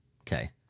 okay